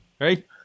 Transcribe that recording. right